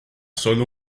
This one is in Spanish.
sólo